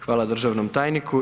Hvala državnom tajniku.